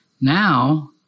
Now